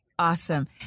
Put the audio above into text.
Awesome